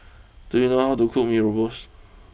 do you know how to cook Mee Rebus